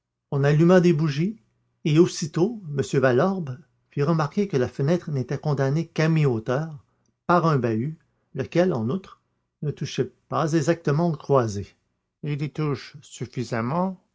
on alluma des bougies et aussitôt m valorbe fit remarquer que la fenêtre n'était condamnée qu'à mi-hauteur par un bahut lequel en outre ne touchait pas exactement aux croisées il y touche suffisamment